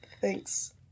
thanks